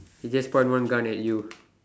you just point one gun at you